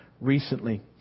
recently